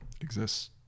exists